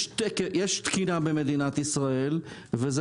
יש תקינה במדינת ישראל, וזה